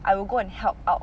I will go and help out